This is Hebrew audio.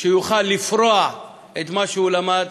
כדי שיוכל לפרוע את מה שהוא למד,